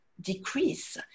decrease